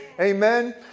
Amen